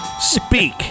Speak